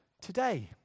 today